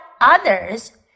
others